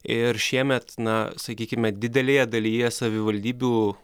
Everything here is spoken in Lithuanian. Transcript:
ir šiemet na sakykime didelėje dalyje savivaldybių